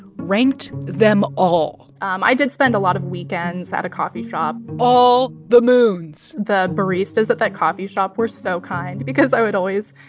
ranked them all um i did spend a lot of weekends at a coffee shop all the moons the baristas at that that coffee shop were so kind because i would always,